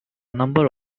number